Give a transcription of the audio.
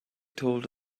told